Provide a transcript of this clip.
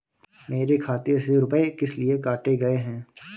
मेरे खाते से रुपय किस लिए काटे गए हैं?